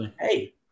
hey